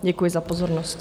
Děkuji za pozornost.